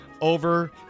over